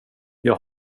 jag